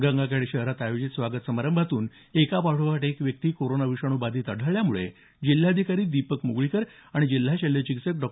गंगाखेड शहरातल्या आयोजित स्वागत समारंभातून एकापाठोपाठ एक व्यक्ती कोरोना विषाणू बाधित आढळल्यामुळे जिल्हाधिकारी दीपक मुगळीकर आणि जिल्हा शल्य चिकित्सक डॉ